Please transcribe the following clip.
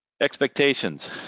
Expectations